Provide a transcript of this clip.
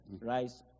rise